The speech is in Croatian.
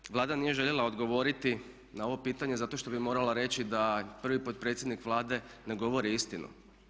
Da li Vlada nije željela odgovoriti na ovo pitanje zato što bi morala reći da prvi potpredsjednik Vlade ne govori istinu?